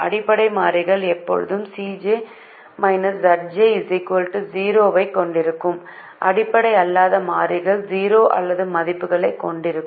அடிப்படை மாறிகள் எப்போதும் Cj Zj 0 ஐக் கொண்டிருக்கும் அடிப்படை அல்லாத மாறிகள் 0 அல்லாத மதிப்புகளைக் கொண்டிருக்கும்